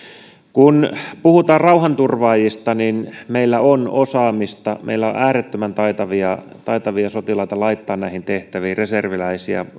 kun puhutaan rauhanturvaajista niin meillä on osaamista meillä on äärettömän taitavia taitavia sotilaita laittaa näihin tehtäviin reserviläisiä